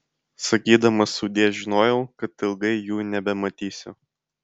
sakydamas sudie žinojau kad ilgai jų nebematysiu